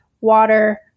water